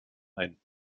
ein